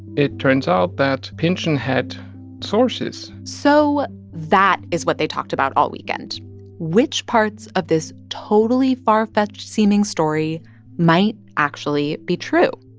it turns out that pynchon had sources so that is what they talked about all weekend which parts of this totally far-fetched-seeming story might actually be true.